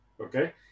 okay